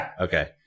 okay